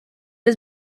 has